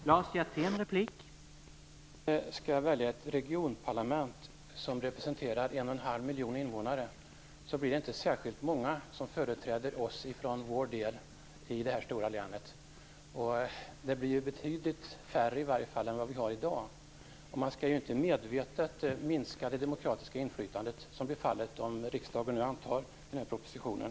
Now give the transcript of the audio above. Herr talman! Om man skall välja ett regionparlament som representerar en och en halv miljon invånare blir det inte särskilt många som företräder oss från Skaraborg. Det blir i varje fall betydligt färre än i dag. Man skall inte medvetet minska det demokratiska inflytandet, vilket blir fallet om riksdagen antar propositionen.